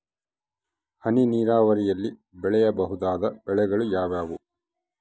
ಹನಿ ನೇರಾವರಿಯಲ್ಲಿ ಬೆಳೆಯಬಹುದಾದ ಬೆಳೆಗಳು ಯಾವುವು?